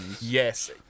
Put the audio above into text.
Yes